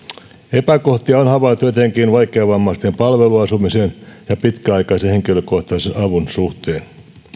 epäkohtia on havaittu etenkin vaikeavammaisten palveluasumisen ja pitkäaikaisen henkilökohtaisen avun suhteen